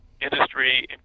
industry